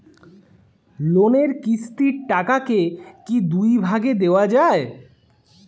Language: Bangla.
লোনের কিস্তির টাকাকে কি দুই ভাগে দেওয়া যায়?